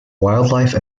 wildlife